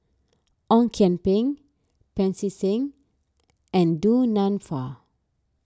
Ong Kian Peng Pancy Seng and Du Nanfa